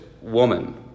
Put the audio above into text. woman